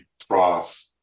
trough